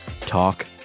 Talk